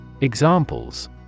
Examples